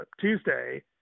Tuesday